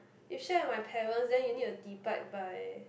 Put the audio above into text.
if share with my parents then you need to divide by